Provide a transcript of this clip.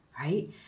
right